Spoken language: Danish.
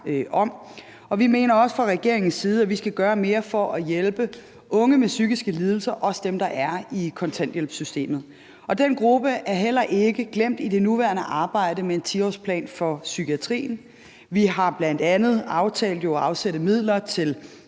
om. Vi mener fra regeringens side også, at vi skal gøre mere for at hjælpe unge med psykiske lidelser, også dem, der er i kontanthjælpssystemet, og den gruppe er heller ikke glemt i det nuværende arbejde med en 10-årsplan for psykiatrien. Vi har jo bl.a. aftalt at afsætte midler til